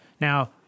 Now